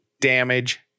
damage